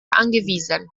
angewiesen